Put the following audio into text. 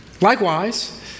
Likewise